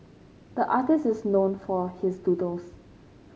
the artist is known for his doodles